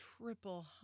Triple